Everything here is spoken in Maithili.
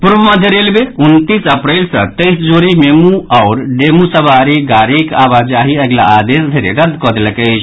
पूर्व मध्य रेलवे उनतीस अप्रैल सँ तेईस जोड़ी मेमू आओर डेमू सवारी रेलगाड़ीक आवाजाही अगिला आदेश धरि रद्द कऽ देलक अछि